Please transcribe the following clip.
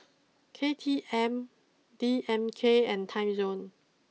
K T M D M K and Timezone